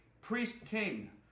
priest-king